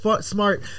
smart